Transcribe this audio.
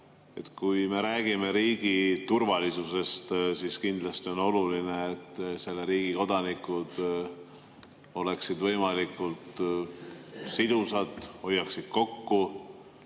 Kui me räägime riigi turvalisusest, siis on kindlasti oluline, et selle riigi kodanikud oleksid võimalikult sidusad, hoiaksid kokku,